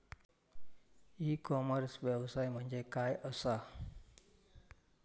E commerce व्यवसाय म्हणजे काय असा?